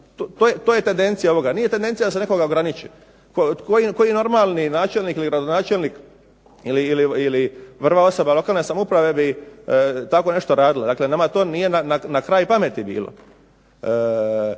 to je tendencija ovoga, nije tendencija da se nekoga ograniči. Koji normalni načelnik ili gradonačelnik ili prva osoba lokalne samouprave bi tako nešto radila. Dakle nama to nije na kraj pameti bilo.